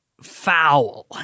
foul